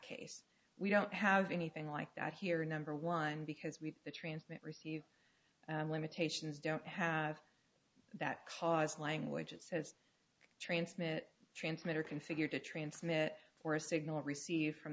case we don't have anything like that here number one because we the transmit receive limitations don't have that cause language it says transmit transmitter configured to transmit for a signal received from